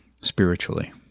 spiritually